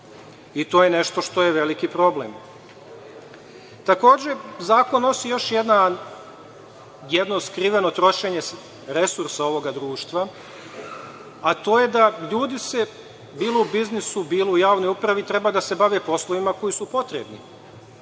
To je nešto što je veliki problem. Takođe, zakon nosi još jedno skriveno trošenje resursa ovog društva, a to je da ljudi, bilo u biznisu, bilo u javnoj upravi, treba da se bave poslovima koji su potrebni.